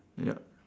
ya